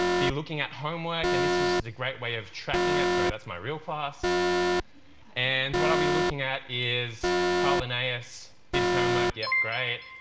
be looking at homework and this is just a great way of tracking it, sorry that's my real class and what i'll be looking at is carl linaeus did his homework, yeah great.